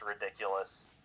ridiculous